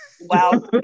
Wow